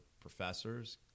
professors